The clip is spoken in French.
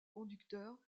conducteurs